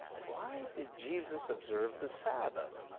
why did jesus observe the sabbath?